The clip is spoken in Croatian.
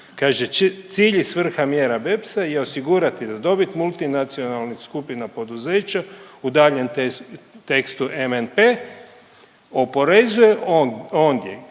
Kaže, cilj i svrha mjera BEPS-a je osigurati da dobit multinacionalnih skupina poduzeća u daljnjem tekstu MNP oporezuje ondje